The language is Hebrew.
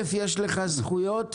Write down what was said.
יש לך זכויות.